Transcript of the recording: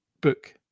book